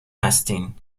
هستین